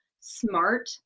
smart